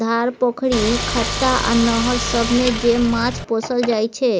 धार, पोखरि, खत्ता आ नहर सबमे जे माछ पोसल जाइ छै